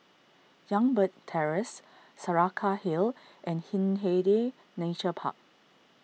Youngberg Terrace Saraca Hill and Hindhede Nature Park